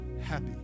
happy